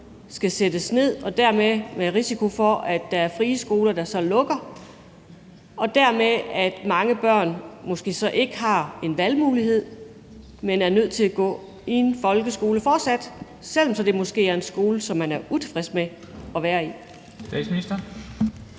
skal sættes ned, og at der dermed er risiko for, at der er frie skoler, der så lukker, og at der så er mange børn, der måske ikke har en valgmulighed, men er nødt til fortsat at gå i en folkeskole, selv om det måske er en skole, som de er utilfredse med at være i. Kl.